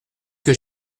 que